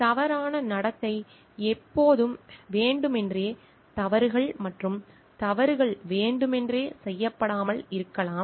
தவறான நடத்தை எப்போதும் வேண்டுமென்றே தவறுகள் மற்றும் தவறுகள் வேண்டுமென்றே செய்யப்படாமல் இருக்கலாம்